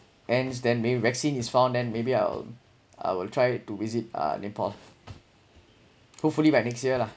ends then maybe vaccine is found then maybe I'll I will try to visit uh nepal hopefully by next year lah